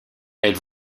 elles